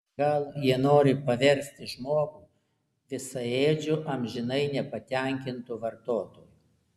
gal jie nori paversti žmogų visaėdžiu amžinai nepatenkintu vartotoju